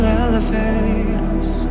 elevators